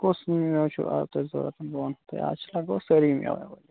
کُس میٚوٕ چھُ اَز تۄہہِ ضروٗرت بہٕ وَنہو تۄہہِ اَز چھِ لگ بگ سٲری میٚوٕ ایٚویلیبٕل